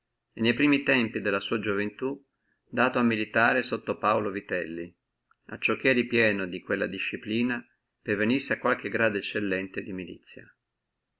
ne primi tempi della sua gioventù dato a militare sotto paulo vitelli acciò che ripieno di quella disciplina pervenissi a qualche eccellente grado di milizia